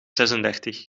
zesendertig